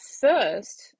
first